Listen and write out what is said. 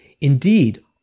Indeed